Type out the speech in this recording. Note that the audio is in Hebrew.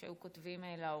שהיו כותבים להורים.